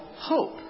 hope